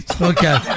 okay